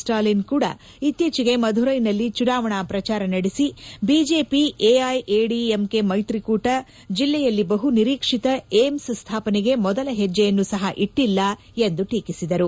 ಸ್ವಾಲಿನ್ ಕೂಡ ಇತ್ತೀಚೆಗೆ ಮಧುರೈನಲ್ಲಿ ಚುನಾವಣಾ ಪ್ರಚಾರ ನಡೆಸಿ ಬಿಜೆಪಿ ಎಐಎಡಿಎಂಕೆ ಮೈತ್ರಿಕೂಟ ಜಿಲ್ಲೆಯಲ್ಲಿ ಬಹು ನಿರೀಕ್ಷಿತ ಏಮ್ಬ್ ಸ್ಡಾಪನೆಗೆ ಮೊದಲ ಹೆಜ್ಜೆಯನ್ನೂ ಸಹ ಇಟ್ಟಿಲ್ಲ ಎಂದು ಟೀಕಿಸಿದರು